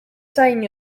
sain